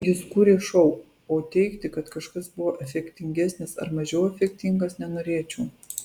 jis kūrė šou o teigti kad kažkas buvo efektingesnis ar mažiau efektingas nenorėčiau